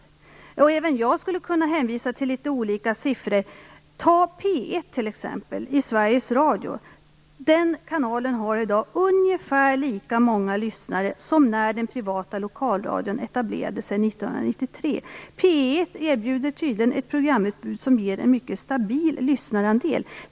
Även jag skulle kunna hänvisa till siffror. Som exempel kan jag nämna P 1 i Sveriges Radio. Den kanalen har ungefär lika många lyssnare i dag som när den privata lokalradion etablerade sig 1993. P 1 erbjuder tydligen ett programutbud som ger en mycket stabil lyssnarandel.